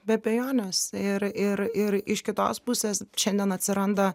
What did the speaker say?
be abejonės ir ir ir iš kitos pusės šiandien atsiranda